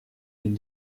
une